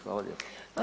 Hvala lijepa.